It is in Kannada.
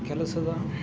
ಕೆಲಸದ